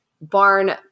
barn